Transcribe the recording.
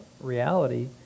reality